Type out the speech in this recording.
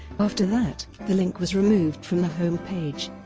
after that, the link was removed from the home page,